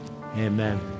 Amen